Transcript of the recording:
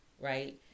right